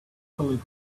believe